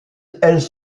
elles